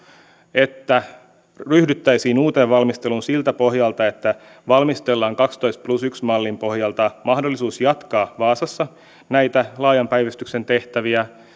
että ryhdyttäisiin uuteen valmisteluun siltä pohjalta että valmistellaan kaksitoista plus yksi mallin pohjalta mahdollisuus jatkaa vaasassa näitä laajan päivystyksen tehtäviä